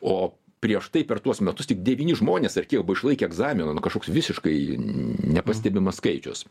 o prieš tai per tuos metus tik devyni žmonės ar kiek buvo išlaikę egzaminą nu kažkoks visiškai nepastebimas skaičius